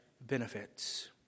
benefits